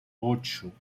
ocho